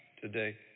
today